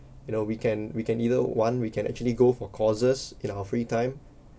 you know we can we can either one we can actually go for courses in our free time